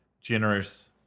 generous